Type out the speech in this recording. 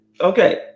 Okay